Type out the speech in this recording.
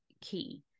key